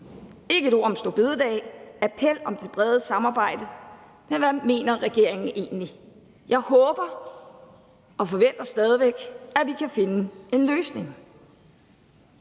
ikke et ord om store bededag, men en appel om det brede samarbejde. Hvad mener regeringen egentlig? Jeg håber og forventer stadig væk, at vi kan finde en løsning.